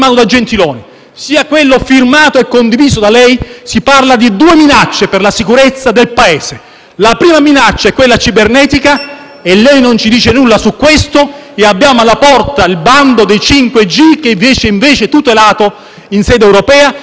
la prima minaccia è quella cibernetica - e lei non ci dice nulla su questo e abbiamo alla porta il bando dei 5G che viene invece tutelato in sede europea - e la seconda è l'azione predatoria di alcuni Paesi che stanno comprando gli assetti strategici del nostro Paese.